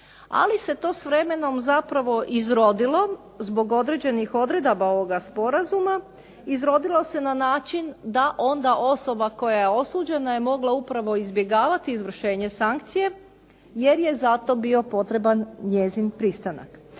ali se to s vremenom zapravo izrodilo zbog određenih odredaba ovoga sporazuma izrodilo se na način da osoba koja je osuđena je mogla upravo izbjegavati izvršenje sankcije, jer je za to bio potreban njezin pristanak.